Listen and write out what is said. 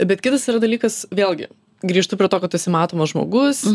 bet kitas dalykas vėlgi grįžtu prie to kad tu esi matomas žmogus